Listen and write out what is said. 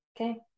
Okay